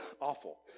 awful